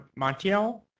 Montiel